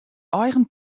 eigen